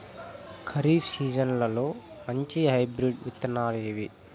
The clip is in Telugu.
ఖరీఫ్ సీజన్లలో మంచి హైబ్రిడ్ విత్తనాలు ఏవి